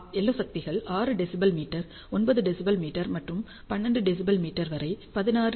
LO சக்திகள் 6 dBm 9 dBm முதல் 12 dBm வரை 16 டி